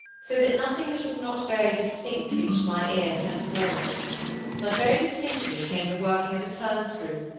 so that nothing that was not very distinct reached my ears henceforward but very distinctly came the working of a turnscrew,